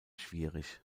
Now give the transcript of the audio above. schwierig